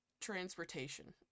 transportation